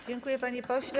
Dziękuję, panie pośle.